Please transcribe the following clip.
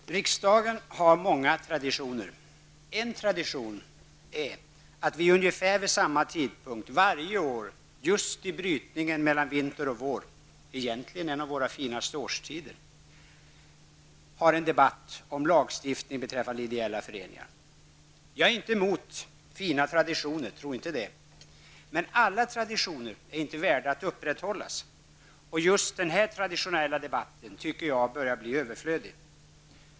Herr talman! Riksdagen har många traditioner. En tradition är att vi ungefär vid samma tidpunkt varje år, just i brytningen mellan vinter och vår -- egentligen en av våra finaste årstider -- har en debatt om lagstiftning beträffande ideella föreningar. Jag är inte emot fina traditioner -- tro inte det --, men alla traditioner är inte värda att upprätthållas. Just den här traditionella debatten börjar enligt min uppfattning bli överflödig.